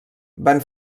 van